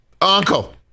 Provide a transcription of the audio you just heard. Uncle